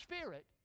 Spirit